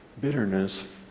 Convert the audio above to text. bitterness